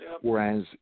Whereas